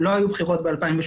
לא היו בחירות ב-2018.